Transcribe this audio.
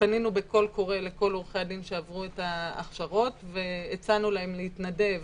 פנינו בקול קורא לכל עורכי הדין שעברו את ההכשרות והצענו להם להתנדב